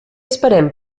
esperem